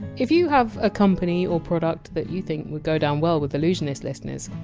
if you have a company or product that you think would go down well with allusionist listeners,